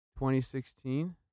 2016